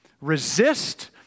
resist